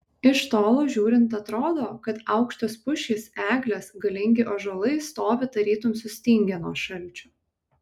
iš tolo žiūrint atrodo kad aukštos pušys eglės galingi ąžuolai stovi tarytum sustingę nuo šalčio